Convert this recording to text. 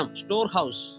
storehouse